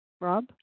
Rob